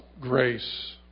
grace